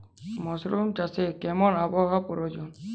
Mushroom চাষে কেমন আবহাওয়ার প্রয়োজন?